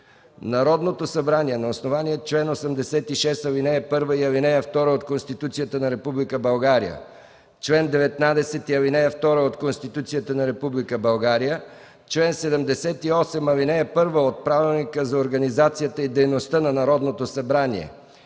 Народното събрание на основание чл. 86, ал. 1 и ал. 2 от Конституцията на Република България, чл. 19, ал. 2 от Конституцията на Република България, чл. 78, ал. 1 от Правилника за организацията и дейността на Народното събрание,